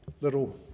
little